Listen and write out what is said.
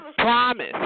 Promise